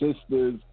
sisters